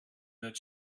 that